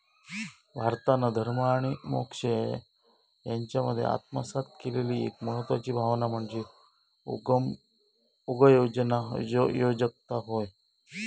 भारतान धर्म आणि मोक्ष यांच्यामध्ये आत्मसात केलेली एक महत्वाची भावना म्हणजे उगयोजकता होय